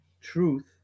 Truth